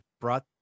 brought